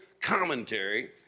commentary